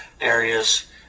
areas